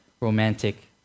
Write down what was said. romantic